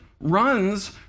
runs